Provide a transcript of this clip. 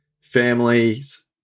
families